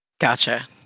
Gotcha